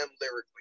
lyrically